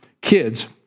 kids